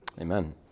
amen